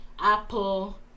Apple